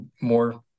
more